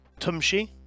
Tumshi